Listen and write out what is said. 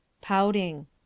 Pouting